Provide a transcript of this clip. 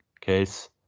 case